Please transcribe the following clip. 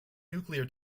nuclear